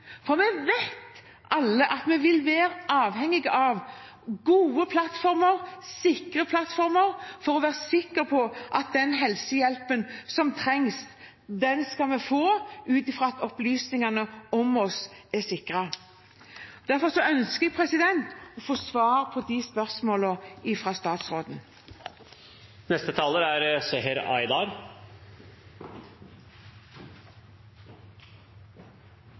Vi vet alle at vi vil være avhengige av gode og sikre plattformer for å være sikre på at den helsehjelpen som trengs, skal vi få, ut fra at opplysningene om oss er sikret. Derfor ønsker jeg å få svar fra statsråden på